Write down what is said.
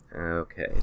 Okay